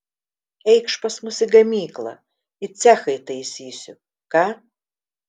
eikš pas mus į gamyklą į cechą įtaisysiu ką